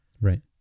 Right